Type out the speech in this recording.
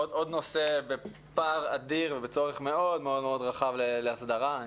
עוד נושא בפער אדיר וצורך מאוד מאוד רחב להסדרה.